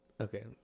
Okay